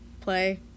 play